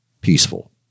peaceful